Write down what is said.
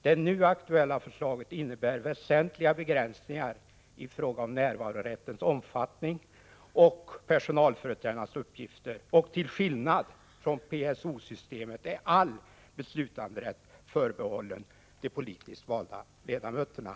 Det nu aktuella förslaget innebär väsentliga begräns Z—— —; EN R jr E nalföreträdare i komuppgifter, och till skillnad från PSO-systemet är all beslutanderätt förbehål få Z munala nämnder len de politiskt valda ledamöterna.